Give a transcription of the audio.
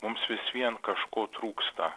mums vis vien kažko trūksta